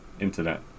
internet